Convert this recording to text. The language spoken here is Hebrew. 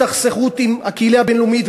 עם הסתכסכות עם הקהילייה הבין-לאומית,